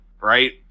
right